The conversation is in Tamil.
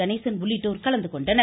கணேசன் உள்ளிட்டோர் கலந்துகொண்டனர்